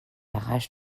arrache